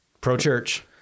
Pro-church